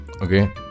Okay